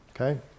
Okay